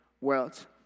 world